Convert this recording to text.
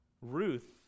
Ruth